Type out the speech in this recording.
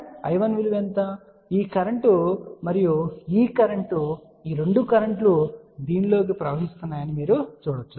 కాబట్టి ఈ కరెంట్ మరియు ఈ కరెంట్ ఈ 2 కరెంట్ లు దీని లోకి ప్రవహిస్తున్నాయి అని మీరు చెప్పవచ్చు